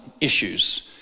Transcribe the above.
issues